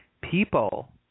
people